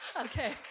Okay